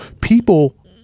people